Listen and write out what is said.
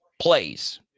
plays